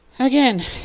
Again